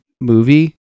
movie